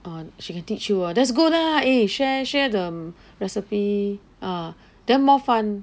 and she can teach you !wah! thats good lah eh share share the recipe ah then more fun